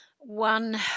One